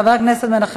חבר הכנסת ג'מאל זחאלקה,